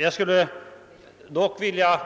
Jag skulle också vilja